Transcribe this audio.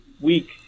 week